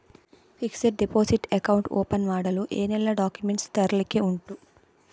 Fixed deposit account open ಮಾಡಲು ಏನೆಲ್ಲಾ documents ತರ್ಲಿಕ್ಕೆ ಉಂಟು?